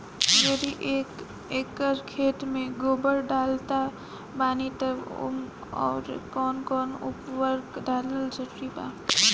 यदि एक एकर खेत मे गोबर डालत बानी तब ओमे आउर् कौन कौन उर्वरक डालल जरूरी बा?